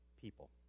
people